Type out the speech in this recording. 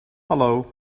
hallo